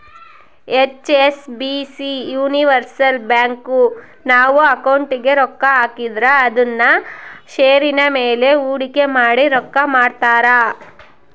HSBC universal bank, ನಾವು ಅಕೌಂಟಿಗೆ ರೊಕ್ಕ ಹಾಕಿದ್ರ ಅದುನ್ನ ಷೇರಿನ ಮೇಲೆ ಹೂಡಿಕೆ ಮಾಡಿ ರೊಕ್ಕ ಮಾಡ್ತಾರ